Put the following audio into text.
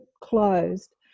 closed